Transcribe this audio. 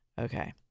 Okay